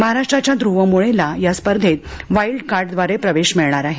महाराष्ट्राच्या ध्रव मुळ्येला या स्पर्धेत वाईल्ड कार्डद्वारे प्रवेश मिऴणार आहे